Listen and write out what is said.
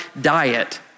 diet